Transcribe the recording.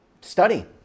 study